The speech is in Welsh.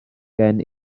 gen